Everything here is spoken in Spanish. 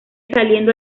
saliendo